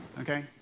Okay